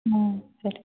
ಹಾಂ ಸರಿ